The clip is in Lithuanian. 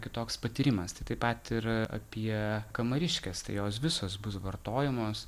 kitoks patyrimas tai taip pat ir apie kamariškes tai jos visos bus vartojamos